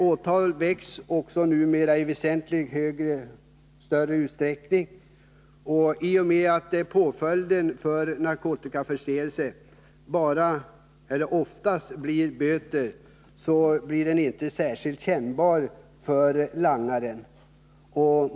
Åtal väcks också numera i väsentligt större utsträckning, och i och med att påföljden för narkotikaförseelse oftast blir böter, så blir den inte särskilt kännbar för langaren.